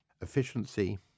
efficiency